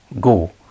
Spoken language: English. go